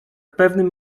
pewnym